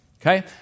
okay